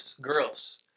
girls